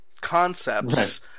concepts